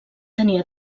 tenia